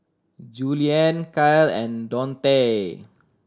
Juliann Kyle and Dontae